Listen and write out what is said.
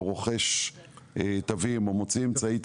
רוכש תווים או מוציא אמצעי תשלום,